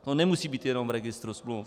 To nemusí být jenom v registru smluv.